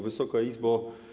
Wysoka Izbo!